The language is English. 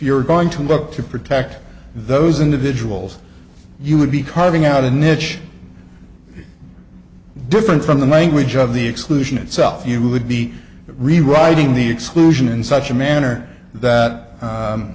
you're going to look to protect those individuals you would be carving out a niche different from the language of the exclusion itself you would be rewriting the exclusion in such a manner that